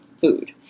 food